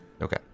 Okay